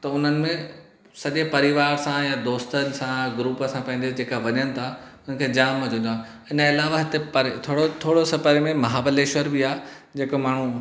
त उन्हनि में सॼे परिवार सां या दोस्तनि सां ग्रुप सां पंहिंजे जेका वञनि था हुननि खे जाम मज़ो ईंदो आहे हिन जे अलावा ते पर थोरो थोरो सो परे में महाबलेश्वर बि आहे जेको माण्हू